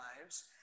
lives